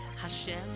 Hashem